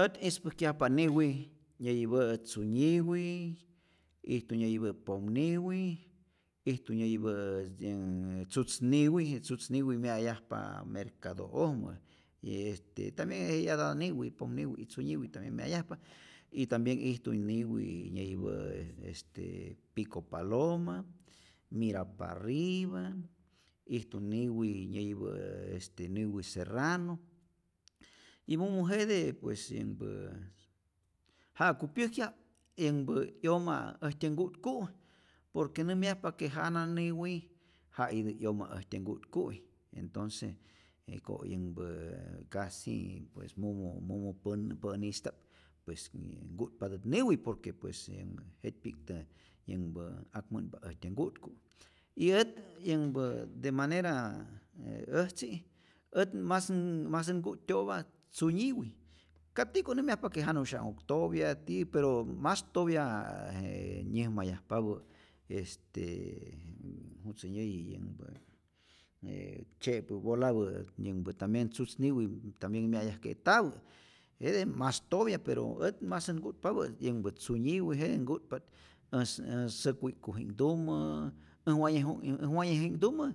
Ät ispäjkyajpa't niwi nyäyipa'i tzunyiwi, ijtu nyäyipä' pomniwi, ijtu nyayipä' yänhu tzutzniwi, tzutzniwi mya'yajpa mercado'ojmä, y este tambien je eyata'p niwi pomniwi y tzunyiwi tambien mya'yajpa y tambien ijtu niwi nyäyipä' este pico paloma, mira parriba, ijtu niwi nyäyipä' este niwi serrano y mumu jete pues yänhpä ja'ku pyäkyaj yänhpä 'yoma äjtyä nku'tku', por que nämyajpa que jana niwi ja itä 'yoma äjtyä nku'ku'i, entonce jiko' yänhpä casi pues mumu mumu pän pä'nista'p pues nku'tpatät niwi. por que pues yanhä jety'pi'ktä yänhpä akmä'npa äjtyä nku'tku, y ät yänhpä de manera äjtzi', ät mas masät nku't'tyo'pa tzunyiwi, ka tiko' nyämyajpa que janu'syanhuk topya tiyä, pero mas topya je nyäjmayajpapä est jutzä nyäyi yänhpä je tzye'pä bolabä, yänhpä tambien tzutzniwi tambien mya'yajke'tapä, jete mas topya, pero ät masät nku'tpapä yänhpä tzunyiwi, jete nku'tpa't äjs äj sak wi'k'ku'ji'knhtumä, äj waye jä äj waye'ji'knhtumä,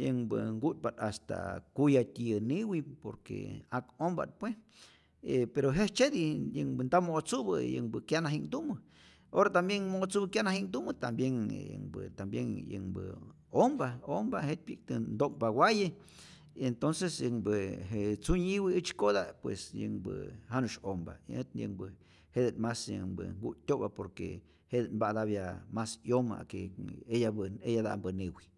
yänhpä nku'tpa't hasta kuyatyiyä niwi por que ak'ompa't pue, e pero jejtzyeti, yänhpä nta mo'tzupä yänhpä kyanaji'knhtumä, ora tambien mo'tzupä kyanaji'knhtumä tambien yänhpä tambien yänhpä ompa, ompa jetpyi'ktä nto'nhpa waye, entonces yänhpä je tzunyiwi ätzy'kota pues yänhpä janusy ompa, ät yänhpä jetet mas yänhpä nku't'tyo'pa por que jete't mpatapya mas 'yoma que eyapä eyata'mpä niwi.